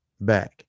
back